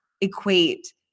equate